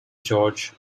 george